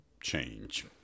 change